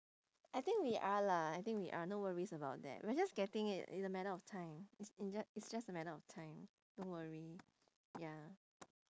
I think we are lah I think we are no worries about that we are getting it in the matter of time it's in ju~ it's just a matter of time don't worry ya